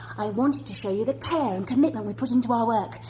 i wanted to show you the care and commitment we put into our work,